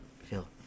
feel